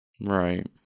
Right